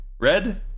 red